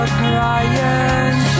crying